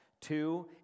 Two